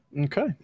okay